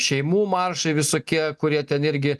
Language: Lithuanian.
šeimų maršai visokie kurie ten irgi